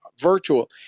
virtual